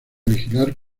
vigilar